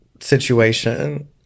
situation